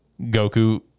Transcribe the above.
Goku